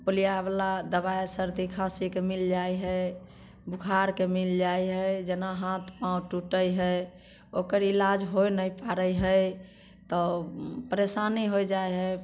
polio बला दवाइ सर्दी खाँसीके मिल जाइत है बुखारके मिल जाइ है जेना हाथ पाँव टूटै है ओकर ईलाज होइ नहि पारैत है तऽ परेशानी होइ जाइ है